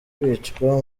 kwicwa